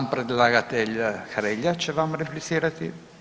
Sam predlagatelj Hrelja će vam replicirati.